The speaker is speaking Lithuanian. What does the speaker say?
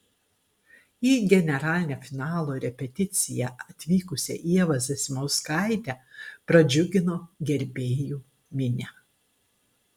į generalinę finalo repeticiją atvykusią ievą zasimauskaitę pradžiugino gerbėjų minia